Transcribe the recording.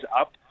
up